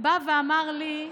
בא ואמר לי: